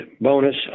bonus